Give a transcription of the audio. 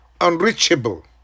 unreachable